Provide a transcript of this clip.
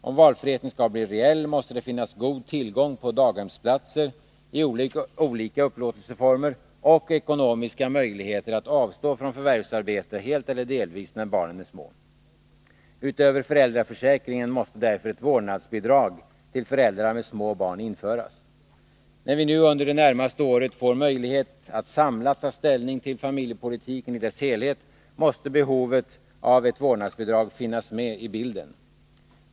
Om valfriheten skall bli reell, måste det finnas god tillgång på daghemsplatser i olika upplåtelseformer och ekonomiska möjligheter att avstå från förvärvsarbete helt eller delvis när barnen är små. Utöver föräldraförsäkringen måste därför ett vårdnadsbidrag till föräldrar med små barn införas. När vi nu under det närmaste året får möjlighet att samlat ta ställning till familjepolitiken i dess helhet, måste behovet av ett vårdnadsbidrag finnas med i bilden.